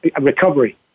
recovery